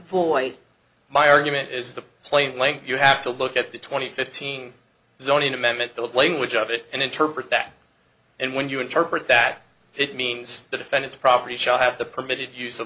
boy my argument is the plane like you have to look at the twenty fifteen zone and amendment the language of it and interpret that and when you interpret that it means to defend its property shall have the permitted use